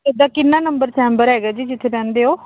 ਤੁਹਾਡਾ ਕਿੰਨਾ number chamber ਹੈਗਾ ਜੀ ਜਿੱਥੇ ਬਹਿੰਦੇ ਹੋ